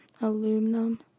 aluminum